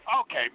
Okay